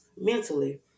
mentally